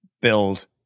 build